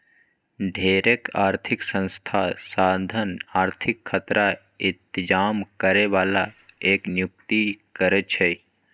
ढेरेक आर्थिक संस्था साधन आर्थिक खतरा इतजाम करे बला के नियुक्ति करै छै